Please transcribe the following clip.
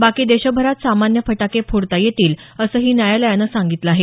बाकी देशभरात सामान्य फटाके फोडता येतील असंही न्यायालयानं सांगितलं आहे